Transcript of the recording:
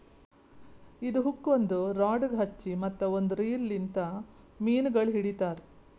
ಇದು ಹುಕ್ ಒಂದ್ ರಾಡಗ್ ಹಚ್ಚಿ ಮತ್ತ ಒಂದ್ ರೀಲ್ ಲಿಂತ್ ಮೀನಗೊಳ್ ಹಿಡಿತಾರ್